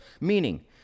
Meaning